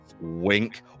Wink